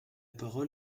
parole